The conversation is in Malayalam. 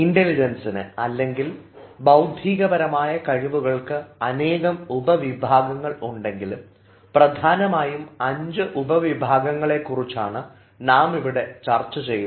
ഇൻറലിജൻസിന് അലെങ്കിൽ ബൌദ്ധികപരമായ കഴിവുകൾക്ക് അനേകം ഉപവിഭാഗങ്ങൾ ഉണ്ടെങ്കിലും പ്രധാനമായും അഞ്ച് ഉപവിഭാഗങ്ങളെ കുറിച്ചാണ് നാം ഇവിടെ ചർച്ച ചെയ്യുന്നത്